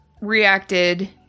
reacted